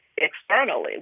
externally